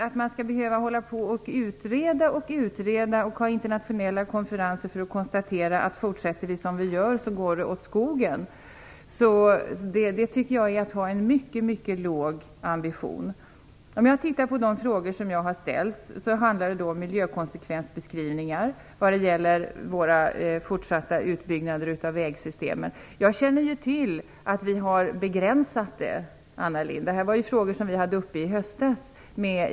Att behöva hålla på och utreda och utreda och ha internationella konferenser för att kunna konstatera att om vi fortsätter som vi gör kommer det att gå åt skogen, tycker jag är uttryck för en mycket, mycket låg ambition. En av de frågor jag har ställt handlar om miljökonsekvensbeskrivningar när det gäller en fortsatt utbyggnad av vägsystemet. Jag känner till att vi har begränsat det här, Anna Lindh. Det här är frågor som var uppe i höstas.